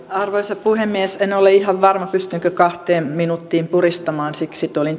arvoisa puhemies en ole ihan varma pystynkö kahteen minuuttiin puristamaan siksi tulin